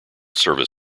service